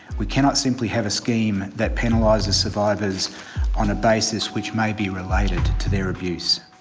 we cannot simply have a scheme that penalises survivors on a basis which may be related to their abuse.